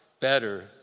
better